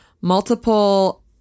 multiple